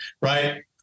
right